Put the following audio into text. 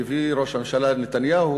שהביא ראש הממשלה נתניהו,